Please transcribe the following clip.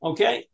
Okay